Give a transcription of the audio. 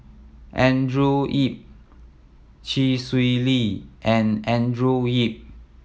Andrew Yip Chee Swee Lee and Andrew Yip